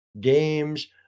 games